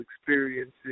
experiences